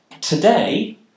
Today